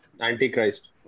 antichrist